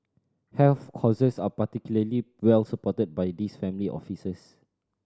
health causes are particularly well supported by these family offices